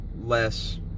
less